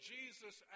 Jesus